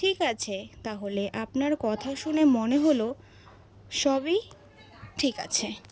ঠিক আছে তাহলে আপনার কথা শুনে মনে হলো সবই ঠিক আছে